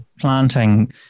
planting